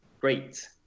great